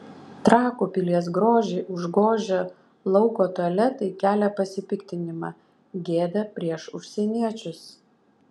trakų pilies grožį užgožę lauko tualetai kelia pasipiktinimą gėda prieš užsieniečius